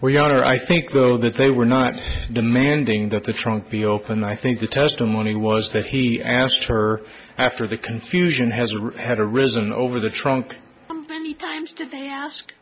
you are i think though that they were not demanding that the trunk be open i think the testimony was that he asked her after the confusion has had arisen over the trunk many times did they ask